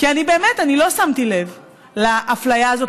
כי אני באמת לא שמתי לב לאפליה הזאת,